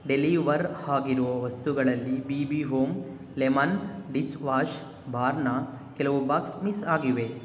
deliver ಆಗಿರೋ ವಸ್ತುಗಳಲ್ಲಿ B B home lemon dish wash ಬಾರ್ನ ಕೆಲವು ಬಾಕ್ಸ್ ಮಿಸ್ ಆಗಿವೆ